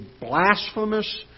blasphemous